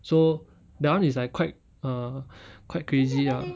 so that [one] is like quite uh quite crazy ah